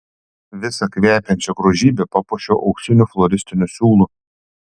visą kvepiančią grožybę papuošiau auksiniu floristiniu siūlu